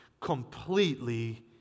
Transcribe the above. completely